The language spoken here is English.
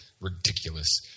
Ridiculous